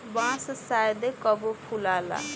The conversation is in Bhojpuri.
बांस शायदे कबो फुलाला